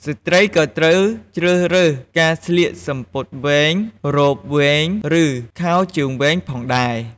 ស្រ្តីក៏ត្រូវជ្រើសរើសការស្លៀក សំពត់វែង រ៉ូបវែង ឬខោជើងវែងផងដែរ។